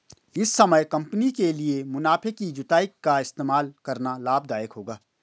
इस समय कंपनी के लिए मुनाफे की जुताई का इस्तेमाल करना लाभ दायक होगा